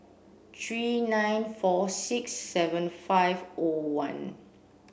three nine four six seven five O one